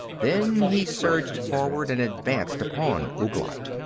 then he surged forward and advanced upon ouglat,